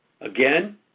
again